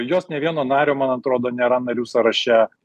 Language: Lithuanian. jos nė vieno nario man atrodo nėra narių sąraše